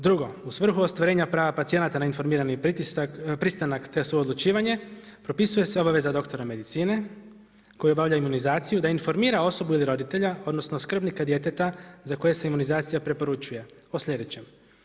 Drugo, u svrhu ostvarenja prava pacijenata na informirani pristanak, te suodlučivanje, propisuje se obaveza doktora medicine koji obavlja imunizaciju da informira osobu ili roditelja, odnosno, skrbnika djeteta za koju se imunizacija preporučuje o sljedećem.